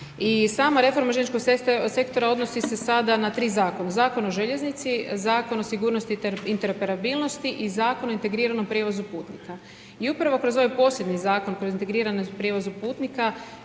i sada reforma željezničkog sektora odnosi se sada na 3 zakona, Zakon o željeznici, Zakon o sigurnosti i interoperabilnosti i Zakon o integriranom prijevozu putnika. I upravo kroz ovaj posljednji zakon koji je o integriranom prijevozu putnik